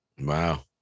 Wow